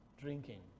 drinking